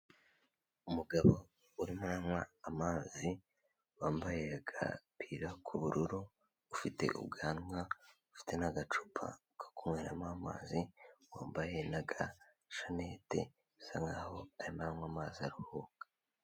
Umugabo urimo uranywa amazi, wambaye agapira k'ubururu, ufite ubwanwa, ufite n'agacupa ko kunyweramo amazi, wambaye naga shanete bisa nkaho arimo aranywa amazi aruhuka.